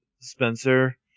Spencer